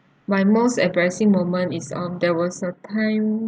my most embarrassing moment is on there was a time